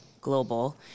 global